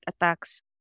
attacks